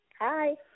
Hi